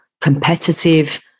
competitive